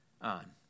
on